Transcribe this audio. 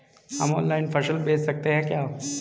हम ऑनलाइन फसल बेच सकते हैं क्या?